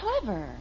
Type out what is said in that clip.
clever